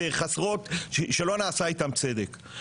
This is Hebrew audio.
ושלא נעשה איתן צדק.